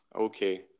Okay